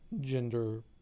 gender